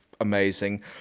amazing